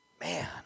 Man